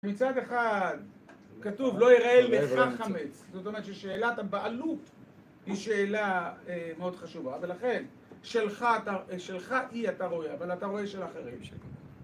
מצד אחד, כתוב, לא יראה לך חמץ, זאת אומרת ששאלת הבעלות היא שאלה מאוד חשובה ולכן, שלך אי אתה רואה, אבל אתה רואה של אחרים